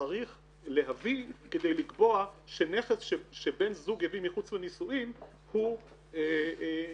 שצריך להביא כדי לקבוע שנכס שבן זוג הביא מחוץ לנישואין הוא משותף.